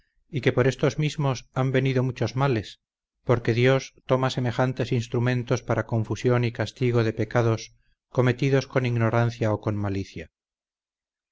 y que por estos mismos han venido muchos males porque dios toma semejantes instrumentos para confusión y castigo de pecados cometidos con ignorancia o con malicia